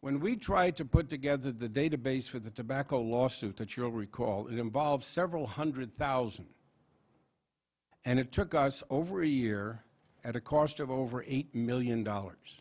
when we tried to put together the database for the tobacco lawsuit that you'll recall involves several hundred thousand and it took us over a year at a cost of over eight million dollars